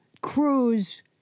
Cruise